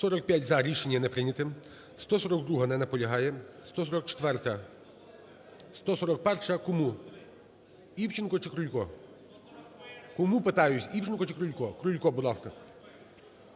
За-45 Рішення не прийнято. 142-а. Не наполягає. 144-а. 141-а. Кому? Івченко чиКрулько? Кому, питаюся, Івченко чи Крулько? Крулько, будь ласка.